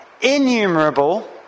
innumerable